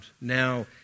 Now